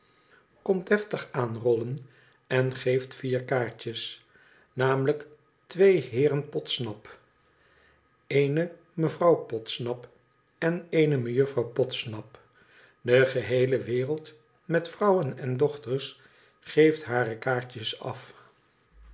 komt deftig aanrollen en geeft vier kaartjes namelijk twee heeren podsnap eene mevrouw podsnap en eene mejuffrouw podsnap de geheele wereld met vrouwen en dochters geeft hare kaartjes af